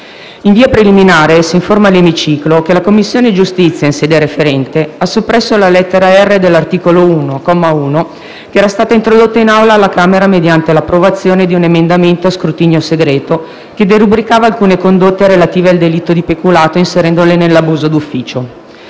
In via preliminare si informa l'emiciclo che la Commissione giustizia, in sede referente, ha soppresso la lettera *r)* dell'articolo 1, comma 1, che era stata introdotta in Aula alla Camera mediante l'approvazione di un emendamento a scrutinio segreto, che derubricava alcune condotte relative al delitto di peculato inserendole nell'abuso d'ufficio.